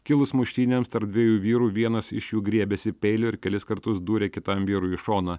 kilus muštynėms tarp dviejų vyrų vienas iš jų griebėsi peilio ir kelis kartus dūrė kitam vyrui į šoną